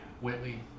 Whitley